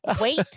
wait